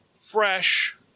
fresh